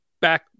back